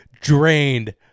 drained